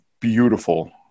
beautiful